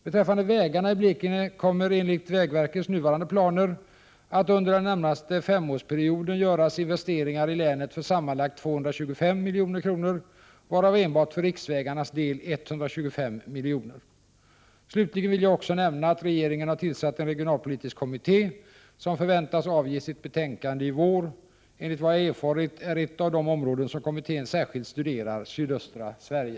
Beträffande vägarna i Blekinge kommer enligt vägverkets nuvarande planer att under den närmaste femårsperioden göras investeringar i länet för sammanlagt 225 milj.kr., varav enbart för riksvägarnas del 125 milj.kr. Slutligen vill jag också nämna att regeringen har tillsatt en regionalpolitisk kommitté som förväntas avge sitt betänkande i vår. Enligt vad jag erfarit är ett av de områden som kommittén särskilt studerar sydöstra Sverige.